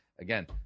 again